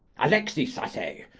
alexis, i say,